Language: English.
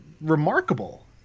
remarkable